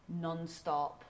nonstop